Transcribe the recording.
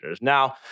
Now